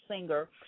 singer